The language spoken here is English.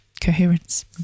coherence